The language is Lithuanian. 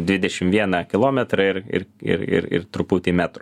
dvidešim vieną kilometrą ir ir ir ir ir truputį metrų